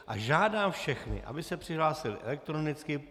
A žádám všechny, aby se přihlásili elektronicky.